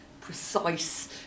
precise